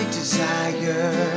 desire